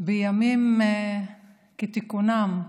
בימים כתיקונם,